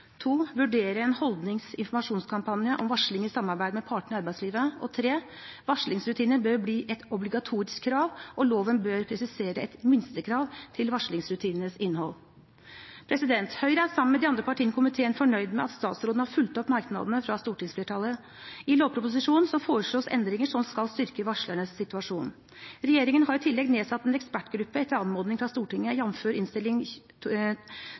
vurdere en holdnings-/informasjonskampanje om varsling i samarbeid med partene i arbeidslivet. Varslingsrutiner bør bli et obligatorisk krav, og loven bør presisere et minstekrav til varslingsrutinenes innhold. Høyre er sammen med de andre partiene i komiteen fornøyd med at statsråden har fulgt opp merknadene fra stortingsflertallet. I lovproposisjonen foreslås endringer som skal styrke varslernes situasjon. Regjeringen har i tillegg nedsatt en ekspertgruppe etter anmodning fra Stortinget,